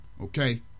okay